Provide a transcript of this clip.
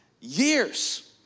years